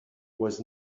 was